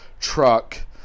truck